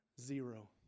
Zero